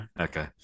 okay